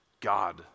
God